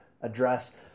address